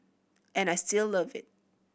and I still love it